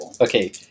Okay